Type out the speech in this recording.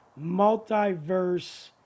multiverse